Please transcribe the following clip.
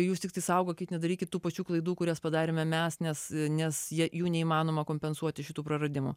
jūs tiktai saugokit nedarykit tų pačių klaidų kurias padarėme mes nes nes jei jų neįmanoma kompensuoti šitų praradimų